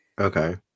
Okay